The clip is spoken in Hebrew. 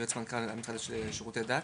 יועץ מנכ"ל המשרד לשירותי דת.